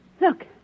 Look